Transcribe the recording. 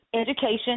education